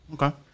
Okay